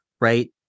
right